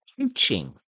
teaching